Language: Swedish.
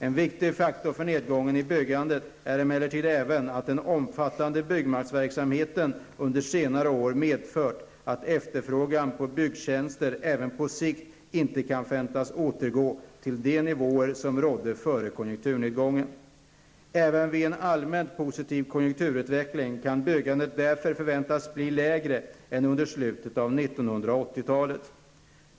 En viktig faktor för nedgången i byggandet är emellertid även att den omfattande byggnadsverksamheten under senare år medfört att efterfrågan på byggtjänster på sikt inte kan förväntas återgå till de nivåer som rådde före konjunkturnedgången. Även vid en allmänt positiv konjunkturutveckling kan byggandet därför förväntas bli lägre än under slutet av 1980-talet.